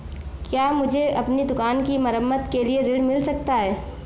क्या मुझे अपनी दुकान की मरम्मत के लिए ऋण मिल सकता है?